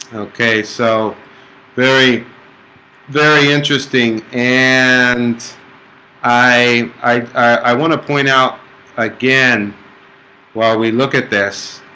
okay, so very very interesting and i i want to point out again while we look at this